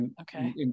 Okay